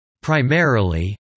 Primarily